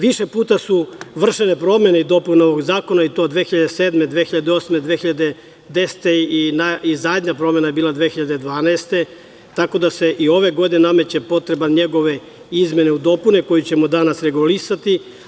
Više puta su vršene promene i dopune ovog zakona, i to 2007, 2008, 2010. i zadnja promena je bila 2012. godine, tako da se i ove godine nameće potreba njegove izmene i dopune, koje ćemo danas regulisati.